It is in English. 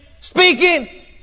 speaking